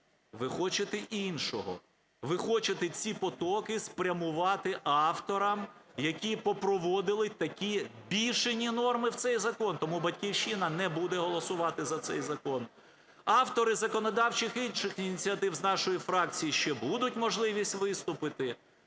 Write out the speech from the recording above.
Ви хочете іншого, ви хочете ці потоки спрямувати авторам, які попроводили такі бішені норми в цей закон. Тому "Батьківщина" не буде голосувати за цей закон. Автори законодавчих інших ініціатив з нашої фракції ще буде можливість виступити.